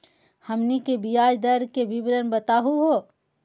हमनी के ब्याज दर के विवरण बताही हो?